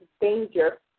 danger